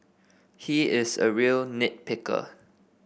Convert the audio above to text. he is a real nit picker